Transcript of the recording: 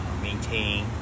maintain